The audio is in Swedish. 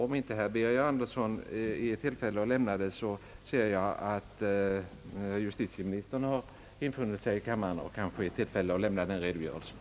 Om inte herr Birger Andersson är i tillfälle att lämna en redogörelse kanske justitieministern, som infunnit sig i kammaren, kan göra det.